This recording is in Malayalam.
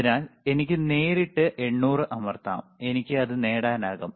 അതിനാൽ എനിക്ക് നേരിട്ട് 800 അമർത്താം എനിക്ക് അത് നേടാനാകും